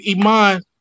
Iman